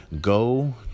go